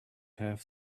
have